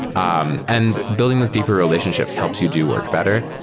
um and buildings those deeper relationships helps you do work better.